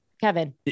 Kevin